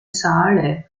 saale